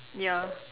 ya